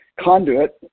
conduit